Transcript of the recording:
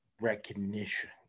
recognition